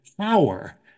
power